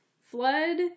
flood